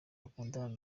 akundana